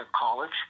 college